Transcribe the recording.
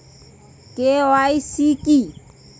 KYC কি?